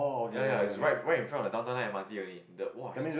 ya ya it's right right in front of the Downtown Line M_R_T only the !wah! is